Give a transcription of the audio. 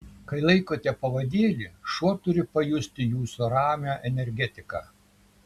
kai laikote pavadėlį šuo turi pajausti jūsų ramią energetiką